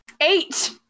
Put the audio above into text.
Eight